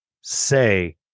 say